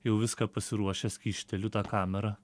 jau viską pasiruošęs kyšteliu tą kamerą